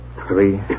Three